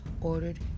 ordered